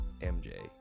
MJ